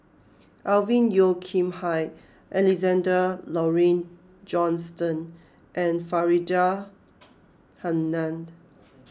Alvin Yeo Khirn Hai Alexander Laurie Johnston and Faridah Hanum